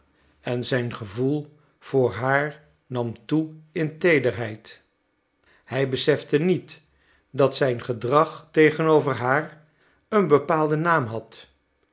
en zijn gevoel voor haar nam toe in teederheid hij besefte niet dat zijn gedrag tegenover haar een bepaalden naam had